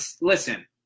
listen